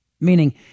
meaning